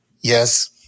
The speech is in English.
Yes